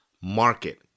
market